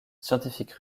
scientifique